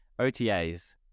OTAs